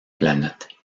planète